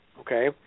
Okay